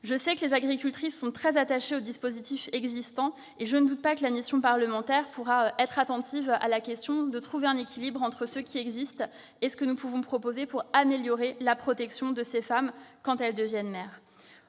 Je sais les agricultrices très attachées aux dispositifs existants. Je ne doute pas que cette mission saura être attentive à la recherche d'un équilibre entre ce qui existe et ce que nous pouvons proposer pour améliorer la protection de ces femmes quand elles deviennent mères.